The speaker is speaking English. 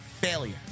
failure